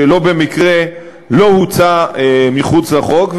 שלא במקרה לא הוצא מחוץ לחוק,